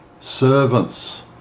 servants